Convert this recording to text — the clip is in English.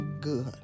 good